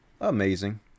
Amazing